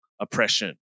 oppression